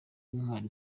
intwaro